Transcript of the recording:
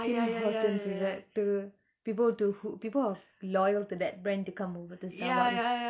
tim hortons is it to people to who people of loyal to that brand they come over to starbucks